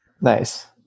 nice